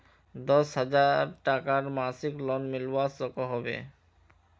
दस हजार टकार मासिक लोन मिलवा सकोहो होबे?